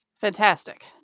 Fantastic